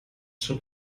schon